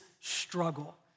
struggle